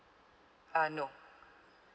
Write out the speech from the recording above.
uh no